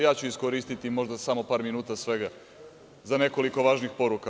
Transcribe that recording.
Ja ću iskoristiti možda samo par minuta za nekoliko važnih poruka.